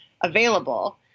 available